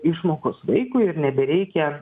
išmokos vaikui ir nebereikia